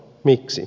miksi